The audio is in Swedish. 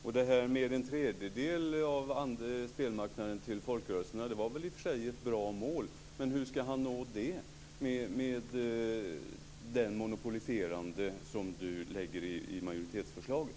Det som sades om att en tredjedel av spelmarknaden skulle gå till folkrörelserna var väl i och för sig ett bra mål. Men hur skall man nå det med det monopoliserande som finns i majoritetsförslaget?